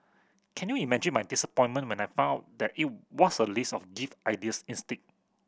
can you imagine my disappointment when I found that it was a list of gift ideas instead